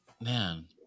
man